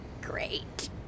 Great